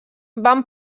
van